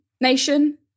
nation